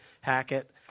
Hackett